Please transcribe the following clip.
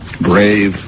brave